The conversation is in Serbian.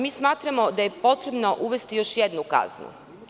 Mi smatramo da je potrebno uvesti još jednu kaznu.